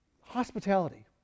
Hospitality